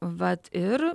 vat ir